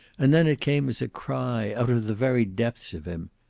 and then it came as a cry, out of the very depths of him.